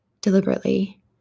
deliberately